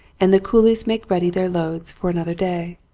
and the coolies make ready their loads for another day.